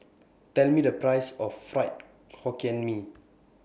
Tell Me The Price of Fried Hokkien Mee